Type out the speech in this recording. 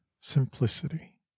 simplicity